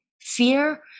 fear